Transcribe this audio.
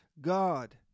God